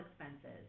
expenses